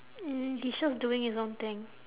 mm he's just doing his own thing